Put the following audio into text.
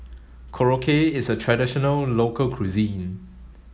Korokke is a traditional local cuisine